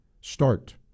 start